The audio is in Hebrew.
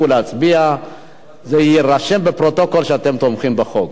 והמשך, התוצאה היא בעד, 9,